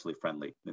friendly